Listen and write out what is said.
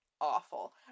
awful